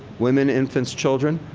women infants children.